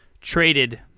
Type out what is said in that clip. traded